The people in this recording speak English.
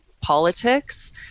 politics